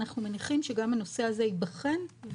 אנחנו מניחים שגם הנושא הזה ייבחן.